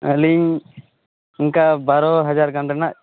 ᱟᱹᱞᱤᱧ ᱤᱱᱠᱟᱹ ᱵᱟᱨᱳ ᱦᱟᱡᱟᱨ ᱜᱟᱱ ᱨᱮᱱᱟᱜ